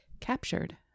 Captured